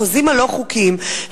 החוזים הלא-חוקיים.